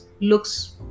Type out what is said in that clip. looks